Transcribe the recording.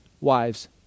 Wives